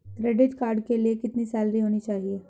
Credit card के लिए कितनी सैलरी होनी चाहिए?